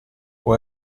può